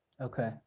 okay